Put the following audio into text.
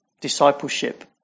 discipleship